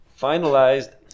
finalized